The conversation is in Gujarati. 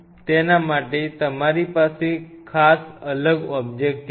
તેના માટે તમારી પાસે ખાસ અલગ ઓબ્જેક્ટિવ છે